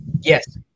Yes